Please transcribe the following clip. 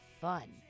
fun